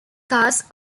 cars